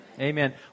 Amen